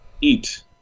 eat